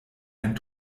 ein